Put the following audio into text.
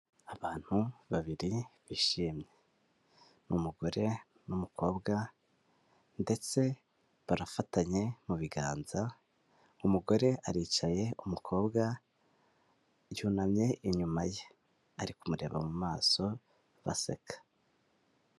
Abantu babiri bishimye, ni umugore n'umukobwa ndetse barafatanye mu biganza, umugore aricaye, umukobwa yunamye inyuma ye, ari kumureba mu maso, baseka.